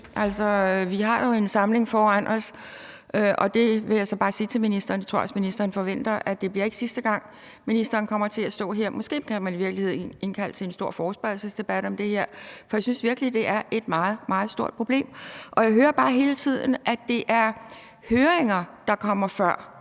vi har jo en samling foran os, og jeg vil bare sige til ministeren – det tror jeg også ministeren forventer – at det ikke bliver sidste gang, ministeren kommer til at stå her. Måske kan man i virkeligheden indkalde til en stor forespørgselsdebat om det her, for jeg synes virkelig, det er et meget, meget stort problem. Jeg hører bare hele tiden, at det er høringer, der kommer, før